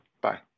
Bye